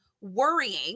worrying